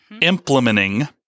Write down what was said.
implementing